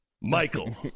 Michael